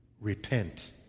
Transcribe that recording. repent